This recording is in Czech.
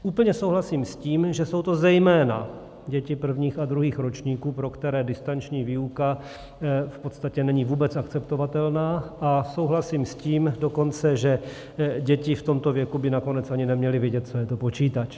Úplně souhlasím s tím, že jsou to zejména děti prvních a druhých ročníků, pro které distanční výuka v podstatě není vůbec akceptovatelná, a souhlasím s tím dokonce, že děti v tomto věku by nakonec ani neměly vědět, co je to počítač.